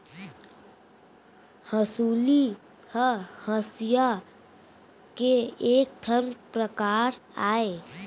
हँसुली ह हँसिया के एक ठन परकार अय